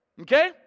okay